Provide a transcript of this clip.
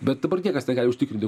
bet dabar niekas negali užtikrinti